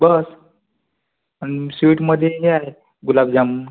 बस अन स्वीटमधे हे आहे गुलाबजामून